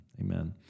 Amen